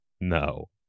No